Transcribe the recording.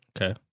Okay